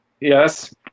Yes